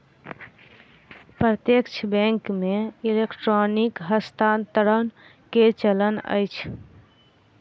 प्रत्यक्ष बैंक मे इलेक्ट्रॉनिक हस्तांतरण के चलन अछि